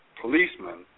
policemen